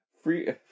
Free